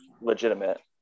legitimate